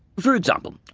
for example,